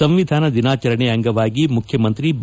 ಸಂವಿಧಾನ ದಿನಾಚರಣೆ ಅಂಗವಾಗಿ ಮುಖ್ಯಮಂತ್ರಿ ಬಿ